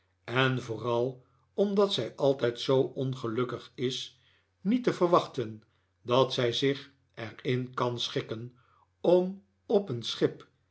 en vooral omdat zij altijd zoo ongelukkig is niet te verwaehten dat zij zich er in kan schikken om op een schip